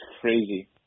crazy